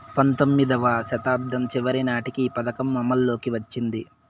పంతొమ్మిదివ శతాబ్దం చివరి నాటికి ఈ పథకం అమల్లోకి వచ్చింది